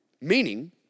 Meaning